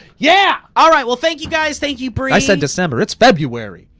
yeah. all right, well thank you guys, thank you bree. i said december, it's february.